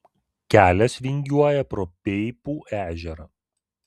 kelias vingiuoja pro peipų ežerą